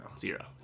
Zero